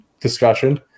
discussion